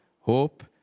hope